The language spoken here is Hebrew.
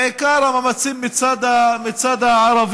בעיקר המאמצים מצד הערבים,